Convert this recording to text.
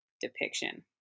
depiction